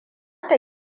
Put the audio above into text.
ta